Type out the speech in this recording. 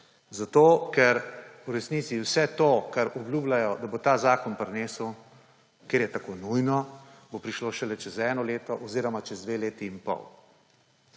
zato, ker v resnici vse to, kar obljubljajo, da bo ta zakon prinesel, ker je ta nujno, bo prišlo šele čez eno leto oziroma čez dve leti in pol.